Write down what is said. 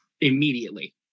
immediately